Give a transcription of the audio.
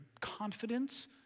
confidence